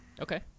Okay